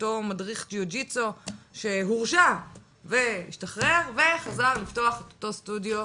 אותו המדריך ג'וג'ידסו שהורשע והשתחרר וחזר לפתוח את אותו הסטודיו.